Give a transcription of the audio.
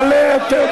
משטרה,